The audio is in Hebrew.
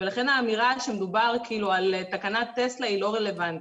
ולכן האמירה כאילו מדובר על תקנת טסלה היא לא רלוונטית.